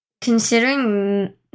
considering